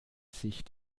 sich